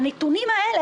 הנתונים האלה,